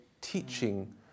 teaching